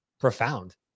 profound